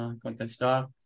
contestar